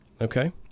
Okay